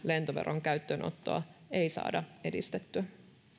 lentoveron käyttöönottoa ei saada edistettyä